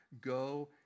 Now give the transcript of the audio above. Go